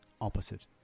opposite